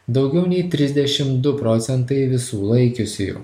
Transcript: daugiau nei trisdešim du procentai visų laikiusiųjų